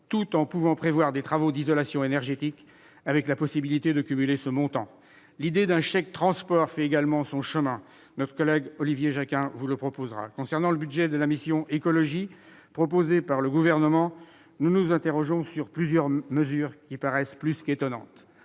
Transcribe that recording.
possibilité de prévoir des travaux d'isolation énergétique, ce chèque étant cumulable avec d'autres aides. L'idée d'un chèque transport fait également son chemin. Notre collègue Olivier Jacquin vous la présentera. Concernant le budget de la mission « Écologie » proposé par le Gouvernement, nous nous interrogeons sur plusieurs mesures qui nous paraissent plus qu'étonnantes.